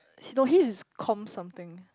no his is com something